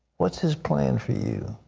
what's his plan for you.